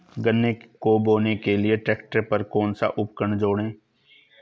गन्ने को बोने के लिये ट्रैक्टर पर कौन सा उपकरण जोड़ें?